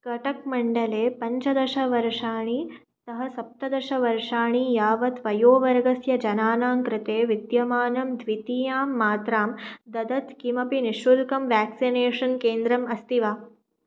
कटक्मण्डले पञ्चदशवर्षाणि तः सप्तदशवर्षाणि यावत् वयोवर्गस्य जनानां कृते विद्यमानं द्वितीयां मात्रां ददत् किमपि निश्शुल्कं व्याक्सिनेषन् केन्द्रम् अस्ति वा